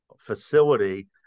facility